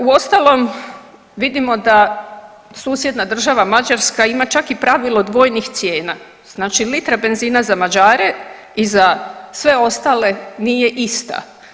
Uostalom vidimo da susjedna država Mađarska ima čak i pravilo dvojnih cijena, znači litra benzina za Mađare i za sve ostale nije ista.